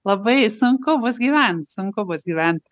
labai sunku bus gyvent sunku bus gyvent